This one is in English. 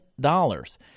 dollars